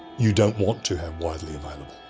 you don't want to have widely available,